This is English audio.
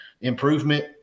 improvement